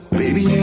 baby